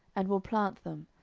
and will plant them,